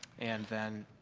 and then,